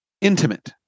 Intimate